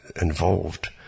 involved